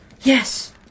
Yes